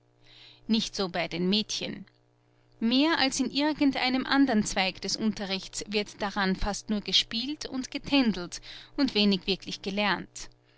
nicht so bei den mädchen mehr als in irgend einem andern zweig des unterrichts wird daran fast nur gespielt und getändelt und wenig wirklich gelernt